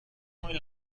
muy